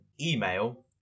email